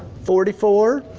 forty-four?